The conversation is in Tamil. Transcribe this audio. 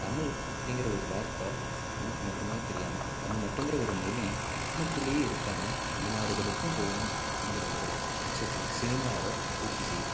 தமிழ் அப்படிங்கிற ஒரு வார்த்தை நமக்கு மட்டுமே தெரியாமல் தமிழ் மட்டுங்கிற ஒரு மொழி நமக்குள்ளேயே இருக்காமல் வெளிநாடுகளுக்கும் போகணும் அப்டிங்கிற ஒரு பட்சத்தில் சினிமா அதை பூர்த்தி செய்து